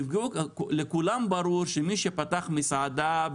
לכולם ברור שמי שפתח מסעדה,